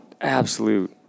absolute